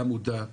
גם מודע,